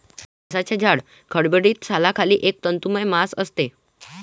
फणसाच्या जाड, खडबडीत सालाखाली एक तंतुमय मांस असते